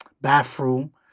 bathroom